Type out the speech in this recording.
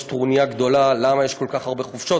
יש טרוניה גדולה למה יש כל כך הרבה חופשות.